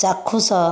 ଚାକ୍ଷୁଷ